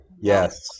Yes